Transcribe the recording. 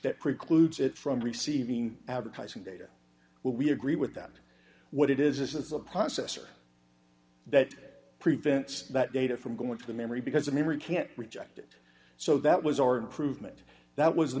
that precludes it from receiving advertising data we agree with that what it is is a processor that prevents that data from going to the memory because the memory can't reject it so that was our improvement that was the